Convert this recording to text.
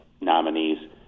nominees